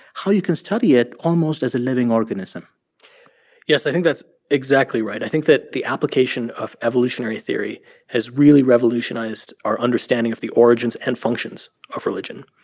how you can study it almost as a living organism yes. i think that's exactly right. i think that the application of evolutionary theory has really revolutionized our understanding of the origins and functions of religion.